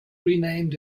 renamed